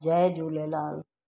Jay Jhulelal